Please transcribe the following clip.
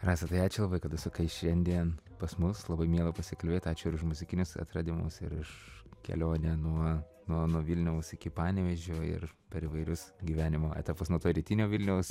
rasa tai ačiū kad užsukai šiandien pas mus labai miela pasikalbėt ačiū ir už muzikinius atradimus ir už kelionę nuo nuo nuo vilniaus iki panevėžio ir per įvairius gyvenimo etapus nuo to rytinio vilniaus